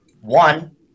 One